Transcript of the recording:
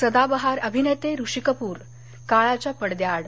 सदाबहार अभिनेते ऋषी कपुर काळाच्या पडद्याआड